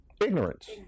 Ignorance